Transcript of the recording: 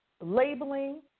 labeling